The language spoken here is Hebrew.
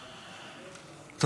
אדוני.